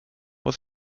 was